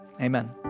amen